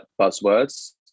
buzzwords